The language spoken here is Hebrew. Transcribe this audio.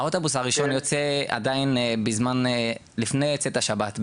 האוטובוס הראשון יוצא עדיין לפני צאת השבת,